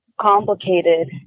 complicated